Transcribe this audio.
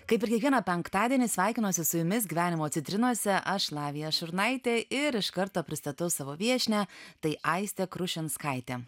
kaip ir kiekvieną penktadienį sveikinuosi su jumis gyvenimo citrinose aš lavija šurnaitė ir iš karto pristatau savo viešnią tai aistė krušinskaitė